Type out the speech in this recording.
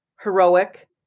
heroic